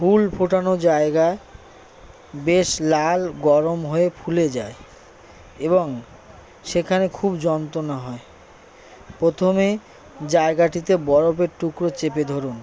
হুল ফোটানো জায়গায় বেশ লাল গরম হয়ে ফুলে যায় এবং সেখানে খুব যন্ত্রণা হয় প্রথমে জায়গাটিতে বরফের টুকরো চেপে ধরুন